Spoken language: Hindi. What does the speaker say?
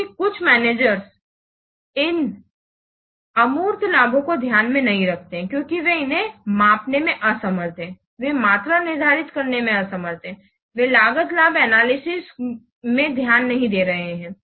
क्योंकि कुछ मैनेजर्स इन अमूर्त लाभों को ध्यान में नहीं रखते हैं क्योंकि वे उन्हें मापने में असमर्थ हैं वे मात्रा निर्धारित करने में असमर्थ हैं वे लागत लाभ एनालिसिस में ध्यान नहीं दे रहे हैं